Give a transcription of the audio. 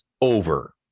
over